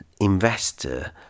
investor